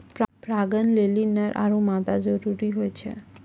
परागण लेलि नर आरु मादा जरूरी होय छै